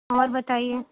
اور بتائیے